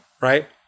right